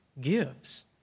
gives